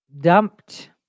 dumped